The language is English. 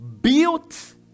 Built